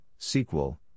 SQL